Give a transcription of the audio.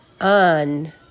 on